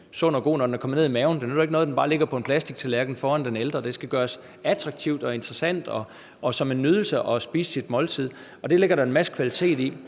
sund og god, når den kommer ned i maven. Det nytter jo ikke noget, at den bare ligger på en plastiktallerken foran den ældre. Det skal gøres attraktivt og interessant og til en nydelse at spise ens måltid. Det ligger der en masse kvalitet i.